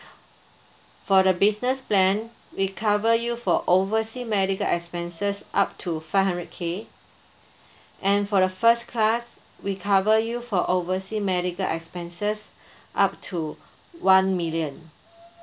for the business plan we cover you for oversea medical expenses up to five hundred K and for the first class we cover you for oversea medical expenses up to one million